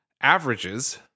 averages